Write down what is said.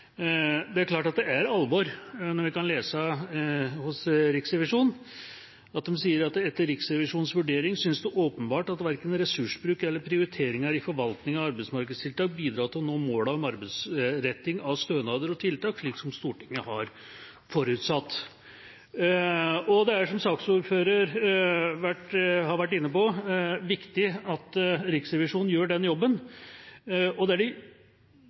Det er klart at det er alvor, det vi kan lese i Riksrevisjonens rapport, der det står: «Etter Riksrevisjonens vurdering synes det åpenbart at verken ressursbruk eller prioriteringer i forvaltningen av arbeidsmarkedstiltakene bidrar til å nå målene om arbeidsretting av stønader og tiltak, slik som Stortinget har forutsatt.» Det er, som saksordføreren var inne på, viktig at Riksrevisjonen gjør den jobben. Det de fremmer, vil jeg si er en uvanlig omfattende kritikk, for det er